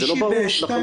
זה לא ברור לחלוטין.